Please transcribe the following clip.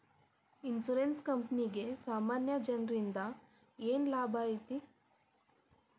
Insurance ಕ್ಂಪನಿಗೆ ಸಾಮಾನ್ಯ ಜನ್ರಿಂದಾ ಏನ್ ಲಾಭೈತಿ?